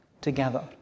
together